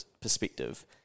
perspective